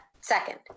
second